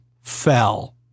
fell